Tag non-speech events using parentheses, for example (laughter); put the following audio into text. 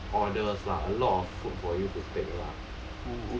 (noise) orders lah a lot of food for you to take lah